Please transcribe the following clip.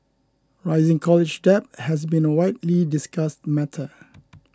rising college debt has been a widely discussed matter